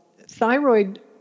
thyroid